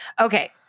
Okay